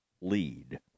lead